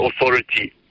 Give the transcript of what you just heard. authority